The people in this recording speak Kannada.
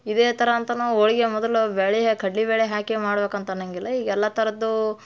ಇದೇ ಥರ ಅಂತನೂ ಹೋಳಿಗೆ ಮೊದಲು ಬೇಳಿ ಹಾ ಕಡ್ಲೆ ಬೇಳೆ ಹಾಕಿಯೇ ಮಾಡ್ಬೇಕು ಅಂತ ಅನ್ನೋಂಗಿಲ್ಲ ಈಗ ಎಲ್ಲ ಥರದ್ದೂ